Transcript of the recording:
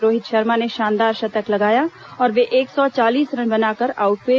रोहित शर्मा ने शानदार शतक लगाया और वे एक सौ चालीस रन बनाकर आउट हुए